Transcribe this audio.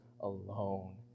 alone